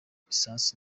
lisansi